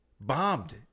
bombed